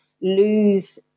lose –